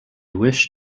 wish